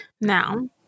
Now